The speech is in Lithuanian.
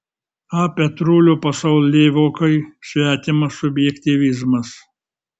a petrulio pasaulėvokai svetimas subjektyvizmas